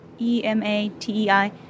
E-M-A-T-E-I